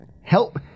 help